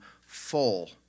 full